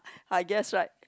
I guess right